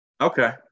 Okay